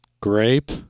Grape